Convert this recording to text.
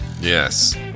Yes